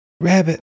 Rabbit